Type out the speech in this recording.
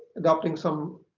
adopting some